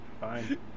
Fine